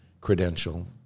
credential